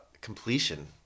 completion